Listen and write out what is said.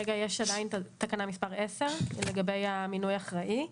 רגע, יש עדיין את תקנה מספר 10 לגבי מינוי אחראי.